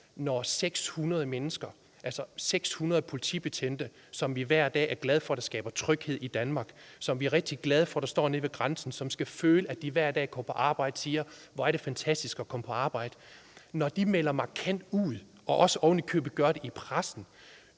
når 600 mennesker – altså 600 politibetjente, som vi er glade for skaber tryghed i Danmark hver dag; som vi er rigtig glade for står nede ved grænsen; og som skal føle, at de hver dag kan gå på arbejde og sige: Hvor er det fantastisk at komme på arbejde – melder markant ud og ovenikøbet gør det i pressen,